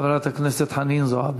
חברת הכנסת חנין זועבי.